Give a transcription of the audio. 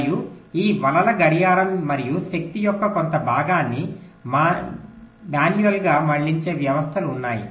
మరియు ఈ వలల గడియారం మరియు శక్తి యొక్క కొంత భాగాన్ని మానవీయంగా మళ్లించే వ్యవస్థలు ఉన్నాయి